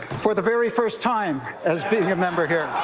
for the very first time as being a member here.